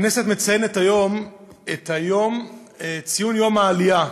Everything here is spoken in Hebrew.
הכנסת מציינת היום את יום העלייה.